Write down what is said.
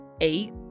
Eight